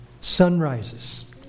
Sunrises